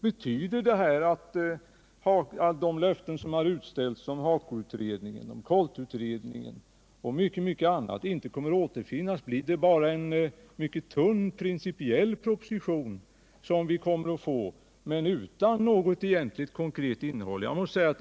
Betyder detta att de löften som utställts om HAKO-utredningen och KOLT-utredningen och mycket annat inte kommer att verifieras i propositionen? Blir det bara en mycket tunn principiell proposition som vi kommer att få utan något egentligt konkret innehåll?